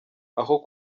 aho